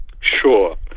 Sure